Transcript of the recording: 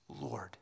Lord